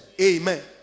Amen